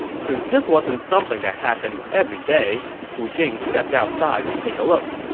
since this wasn't something that happened every day, pu jing stepped outside to take a look.